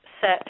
set